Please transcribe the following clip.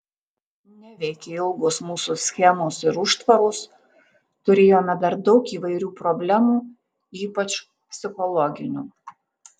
neveikė ilgos mūsų schemos ir užtvaros turėjome dar daug įvairių problemų ypač psichologinių